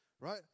right